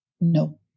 no